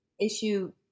issue